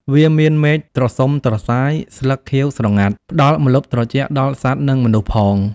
វាមានមែកត្រសុំត្រសាយ ស្លឹកខៀវស្រងាត់ ផ្តល់ម្លប់ត្រជាក់ដល់សត្វនិងមនុស្សផង។